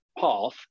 path